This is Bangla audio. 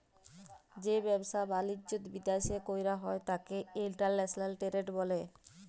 যে ব্যাবসা বালিজ্য বিদ্যাশে কইরা হ্যয় ত্যাকে ইন্টরন্যাশনাল টেরেড ব্যলে